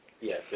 Yes